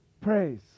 praise